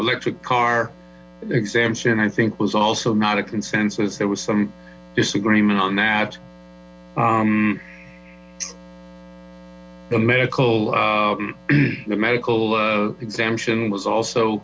electric car exemption i think was also not a consensus there was some disagreement on that the medical the medical exemption was also